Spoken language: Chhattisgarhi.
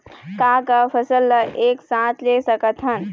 का का फसल ला एक साथ ले सकत हन?